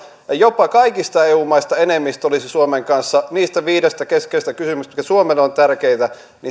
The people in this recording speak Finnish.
ja jopa kaikista eu maista enemmistö olisi suomen kanssa niistä viidestä keskeisestä kysymyksestä mitkä suomelle ovat tärkeitä